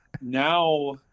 Now